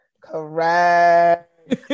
Correct